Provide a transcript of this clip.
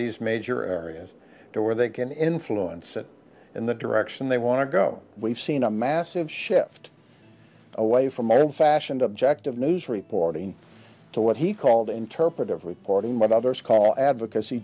these major areas to where they can influence it and the direction they want to go we've seen a massive shift away from old fashioned objective news reporting to what he called interpretive reporting what others call advocacy